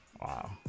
Wow